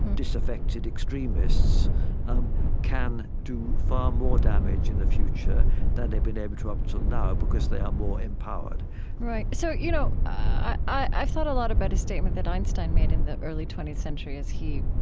disaffected extremists um can do far more damage in the future then they've been able to up til now because they are more empowered right. so you know, i i thought a lot about a statement that einstein made in the early twentieth century as he,